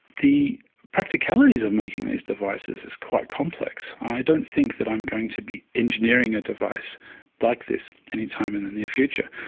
the practicalities of making these devices is quite complex. i don't think that i'm going to be engineering a device like this any time in the near future.